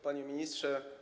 Panie Ministrze!